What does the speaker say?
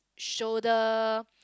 shoulder